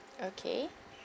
okay